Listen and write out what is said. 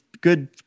good